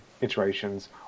iterations